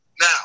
Now